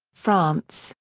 france,